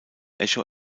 echo